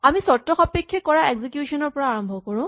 আমি চৰ্তসাপেক্ষে কৰা এক্সিকিউচন ৰ পৰা আৰম্ভ কৰো